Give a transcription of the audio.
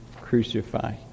crucify